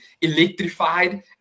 electrified